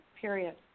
period